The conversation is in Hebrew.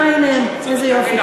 אה, הנה הם, איזה יופי.